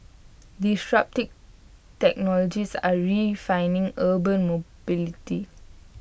disruptive technologies are redefining urban mobility